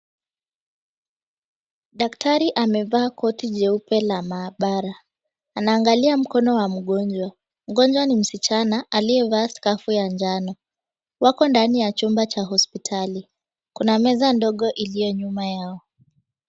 Daktari amevaa koti jeupe la maabara. Anaangalia mkono wa mgonjwa. Mgonjwa ni msichana aliyevaa scarf ya njano. Wako ndani ya chumba cha hospitali. Kuna meza ndogo iliyo nyuma yao.